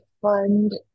fund